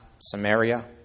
Samaria